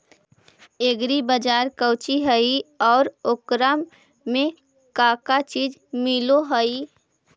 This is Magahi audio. एग्री बाजार कोची हई और एकरा में का का चीज मिलै हई?